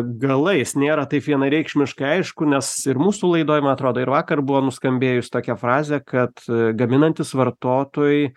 galais nėra taip vienareikšmiškai aišku nes ir mūsų laidoj man atrodo ir vakar buvo nuskambėjus tokia frazė kad gaminantys vartotojai